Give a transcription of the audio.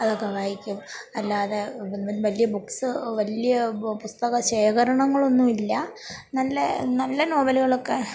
അതൊക്കെ വായിക്കും അല്ലാതെ വലിയ ബുക്ക്സ്സ് വലിയ ബൊ പുസ്തക ശേഖരണങ്ങളൊന്നുവില്ല നല്ല നല്ല നോവലുകളൊക്കെ